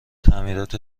تعمیرات